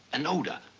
an odor,